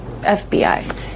FBI